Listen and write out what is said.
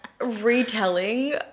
retelling